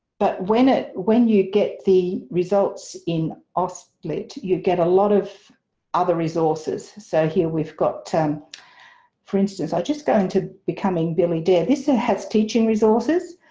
but when it, when you get the results in auslit you get a lot of other resources. so here we've got, um for instance, i just go into becoming billy dare. this ah has teaching resources,